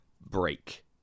break